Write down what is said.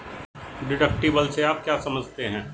Deductible से आप क्या समझते हैं?